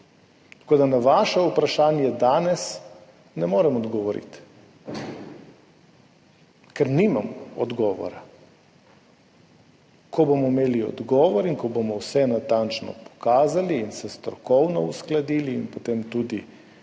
Tako da, na vaše vprašanjedanes ne morem odgovoriti, ker nimam odgovora. Ko bomo imeli odgovor, ko bomo vse natančno pokazali in se strokovno uskladili ter potem tudi regionalno